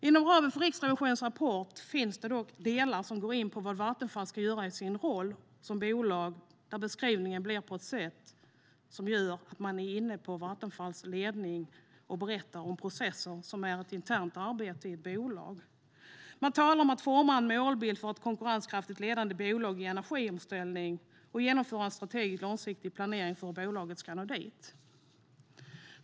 Inom ramen för Riksrevisionens rapport finns det dock delar som går in på vad Vattenfall ska göra i sin roll som bolag, där beskrivningen görs på ett sätt som innebär att man är inne på Vattenfalls ledning och berättar om den process som är ett internt arbete i ett bolag. Man talar om att forma en målbild för att bli ett konkurrenskraftigt och ledande bolag i energiomställningen och att genomföra en strategisk, långsiktig planering för hur bolaget ska nå dit.